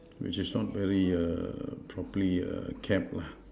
which is not very err properly err kept lah